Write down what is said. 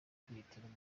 kwihitiramo